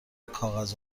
کاغذ